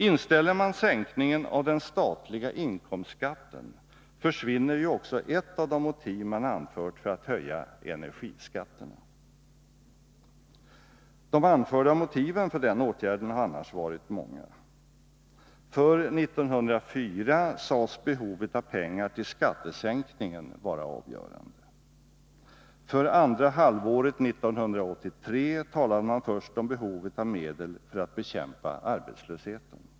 Inställer man sänkningen av den statliga inkomstskatten försvinner ju också ett av de motiv man anfört för att höja energiskatterna. De anförda motiven för denna åtgärd har annars varit många. För 1984 sades behovet av pengar till skattesänkningen vara avgörande. För andra halvåret 1983 talade man först om behovet av medel för att bekämpa arbetslösheten.